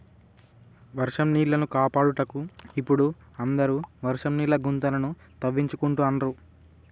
వర్షం నీళ్లను కాపాడుటకు ఇపుడు అందరు వర్షం నీళ్ల గుంతలను తవ్వించుకుంటాండ్రు